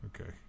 Okay